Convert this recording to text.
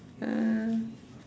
uh